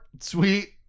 sweet